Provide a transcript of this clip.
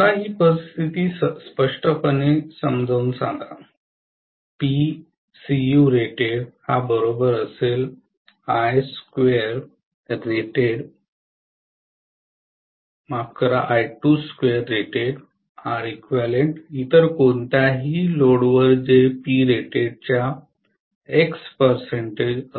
मला ही परिस्थिती स्पष्टपणे समजावून सांगा इतर कोणत्याही लोडवर जे Prated च्या x